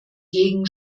gegen